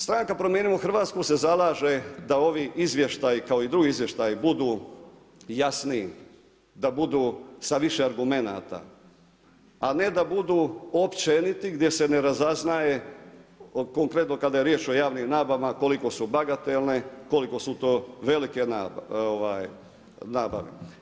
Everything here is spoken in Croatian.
Stranka Promijenimo Hrvatsku se zalaže da ovi izvještaji kao i drugi izvještaji budu jasniji, da budu sa više argumenata, a ne da budu općeniti gdje se ne razaznaje konkretno kada je riječ o javnim nabavama koliko su bagatelne, koliko su to velike nabave.